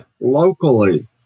locally